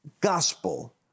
gospel